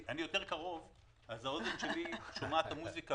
אני יותר קרוב אז האוזן שלי שומעת גם את המוזיקה